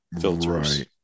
filters